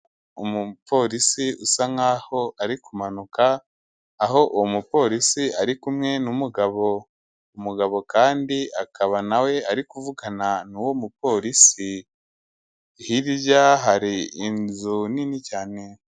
Umupolisi usa nk'aho ari kumanuka, aho uwo mupolisi ari kumwe n'umugabo, umugabo kandi akaba nawe ari kuvugana n'uwo mupolisi, hirya hari inzu nini cyane.